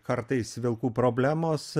kartais vilkų problemos